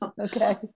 okay